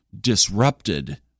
disrupted